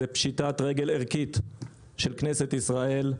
זאת פשיטת רגל ערכית של כנסת ישראל,